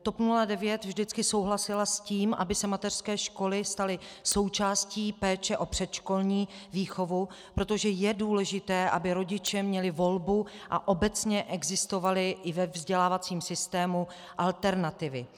TOP 09 vždycky souhlasila s tím, aby se mateřské školy staly součástí péče o předškolní výchovu, protože je důležité, aby rodiče měli volbu a obecně existovaly i ve vzdělávacím systému alternativy.